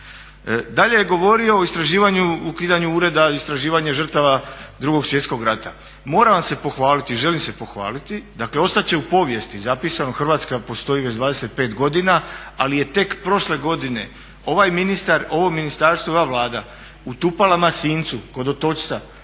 Dalje je govorio o istraživanju i ukidanju ureda, istraživanje žrtava Drugog svjetskog rata. Moram vam se pohvaliti, želim se pohvaliti. Dakle, ostat će u povijesti zapisano Hrvatska postoji već 25 godina ali je tek prošle godine ovaj ministar, ovo ministarstvo i ova Vlada u Tupalama Sincu kod Otočca